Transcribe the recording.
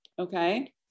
Okay